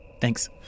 Thanks